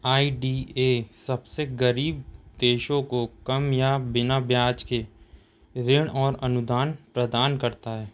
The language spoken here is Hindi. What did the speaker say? आई डी ए सबसे गरीब देशों को कम या बिना ब्याज के ऋण और अनुदान प्रदान करता है